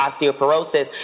osteoporosis